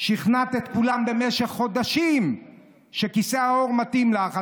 שכנעת את כולם במשך חודשים שכיסא העור מתאים לך,